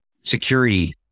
security